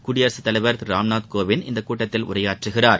குடியரசுத் தலைவர் திரு ராம்நாத் கோவிந்த் இந்த கூட்டத்தில் உரையாற்றுகிறார்